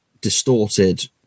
distorted